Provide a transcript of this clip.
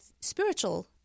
spiritual